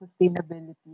sustainability